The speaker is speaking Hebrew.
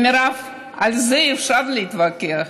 מירב, על זה אי-אפשר להתווכח.